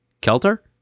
Kelter